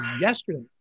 yesterday